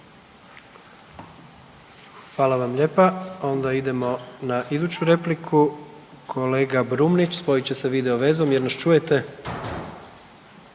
Hvala vam lijepa. Onda idemo na iduću repliku. Kolega Brumnić, spojit će se video vezom jel nas čujete?